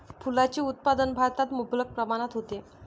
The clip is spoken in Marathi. फुलांचे उत्पादन भारतात मुबलक प्रमाणात होते